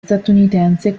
statunitense